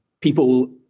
People